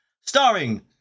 starring